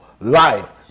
Life